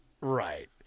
Right